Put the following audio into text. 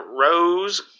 Rose